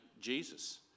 Jesus